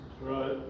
Right